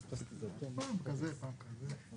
במסלול ההשקעה שבו מנוהלים היקף הנכסים הגדול ביותר באותו מועד.